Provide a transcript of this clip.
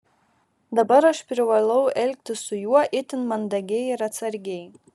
dabar aš privalau elgtis su juo itin mandagiai ir atsargiai